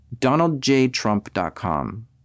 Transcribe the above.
DonaldJTrump.com